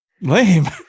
Lame